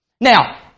Now